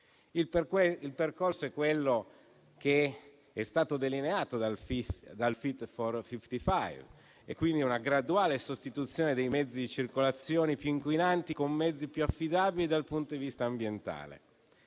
Il percorso è quello che è stato delineato dal "Fit for 55": una graduale sostituzione dei mezzi in circolazione più inquinanti con mezzi più affidabili dal punto di vista ambientale.